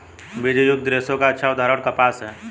बीजयुक्त रेशे का अच्छा उदाहरण कपास है